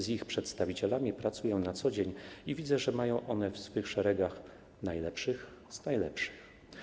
Z ich przedstawicielami pracuję na co dzień i widzę, że mają one w swych szeregach najlepszych z najlepszych.